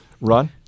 Run